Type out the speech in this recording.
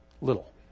little